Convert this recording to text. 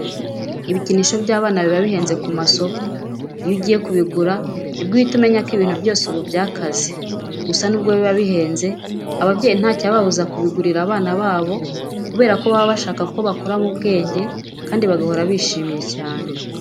Ibikinisho by'abana biba bihenze ku masoko. Iyo ugiye kubigura nibwo uhita umenya ko ibintu byose ubu byakaze. Gusa nubwo biba bihenze, ababyeyi ntacyababuza kubigurira abana babo kubera ko baba bashaka ko bakura mu bwenge kandi bagahora bishimye cyane.